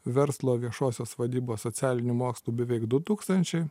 verslo viešosios vadybos socialinių mokslų beveik du tūkstančiai